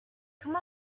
come